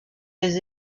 des